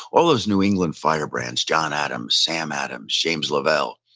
all those new england firebrands, john adams, sam adams, james lovell.